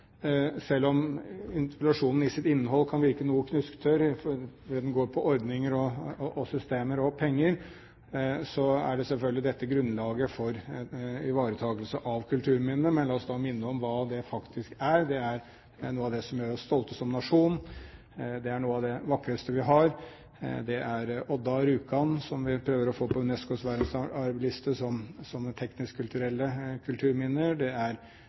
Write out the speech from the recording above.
Selv om interpellasjonen i sitt innhold kan virke noe knusktørr fordi den går på ordninger og systemer og penger, så er selvfølgelig dette grunnlaget for ivaretakelse av kulturminnene. Men la oss minne om hva det faktisk er. Det er noe av det som gjør oss stolte som nasjon, det er noe av det vakreste vi har: Det er Odda og Rjukan, som vi prøver å få på UNESCOs verdensarvliste som sånne teknisk-kulturelle kulturminner; det er